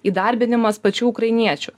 įdarbinimas pačių ukrainiečių